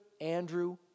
Andrew